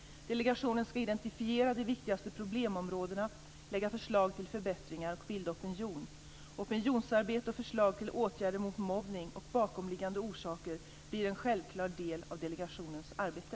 Delegationen skall identifiera de viktigaste problemområdena, lägga fram förslag till förbättringar och bilda opinion. Opinionsarbete och förslag till åtgärder mot mobbning och bakomliggande orsaker blir en självklar del av delegationens arbete.